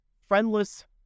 friendless